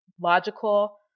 logical